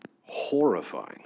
Horrifying